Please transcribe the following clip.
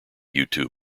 youtube